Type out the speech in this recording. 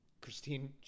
Christine